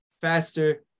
faster